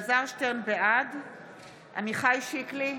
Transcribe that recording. בעד עמיחי שיקלי,